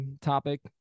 topic